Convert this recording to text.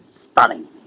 stunning